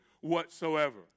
whatsoever